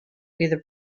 either